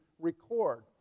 record